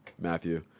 Matthew